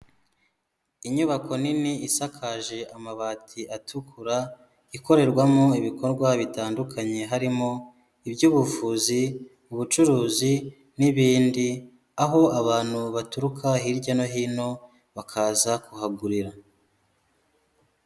Inyubako nini isakaje amabati atukura, ikorerwamo ibikorwa bitandukanye harimo iby'ubuvuzi, ubucuruzi n'ibindi, aho abantu baturuka hirya no hino bakaza kuhagurira.